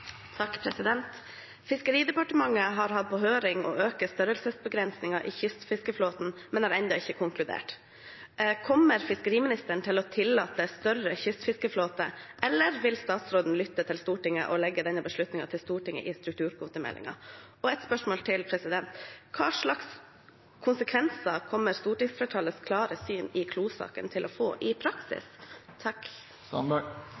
fiskeridepartementet har hatt på høring å øke størrelsesbegrensningen i kystfiskeflåten, men har ennå ikke konkludert. Kommer fiskeriministeren til å tillate en større kystfiskeflåte, eller vil han lytte til Stortinget og legge denne beslutningen til Stortinget i forbindelse med kvotestrukturmeldingen? Et spørsmål til: Hvilke konsekvenser kommer stortingsflertallets klare syn i Klo-saken til å få i